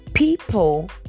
People